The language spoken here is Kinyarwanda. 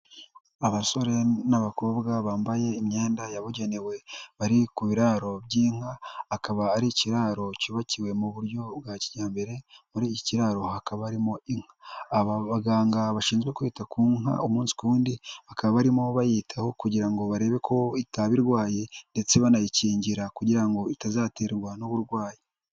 Abasore n'abakobwa bambaye imyenda yabugenewe bari ku biraro by'inka, akaba ari ikiraro cyubakiwe mu buryo bwa kijyambere. Muri iki kiraro hakaba harimo inka abaganga bashinzwe kwita ku nka umunsi ku wundi bakaba arimo bayitaho kugira ngo barebe ko itaba irwaye ndetse banayikingira kugira ngo itazaterwa n'uburwayi.